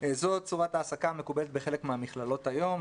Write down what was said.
זו צורת ההעסקה המקובלת בחלק מהמכללות היום.